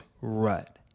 rut